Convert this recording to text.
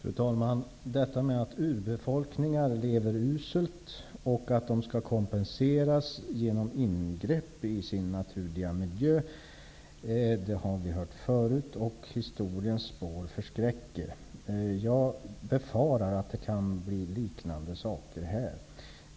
Fru talman! Att urbefolkningar lever uselt och att de skall kompenseras genom ingrepp i sin naturliga miljö har vi hört förut, och historiens spår förskräcker. Jag befarar att liknande saker kan ske här.